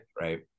right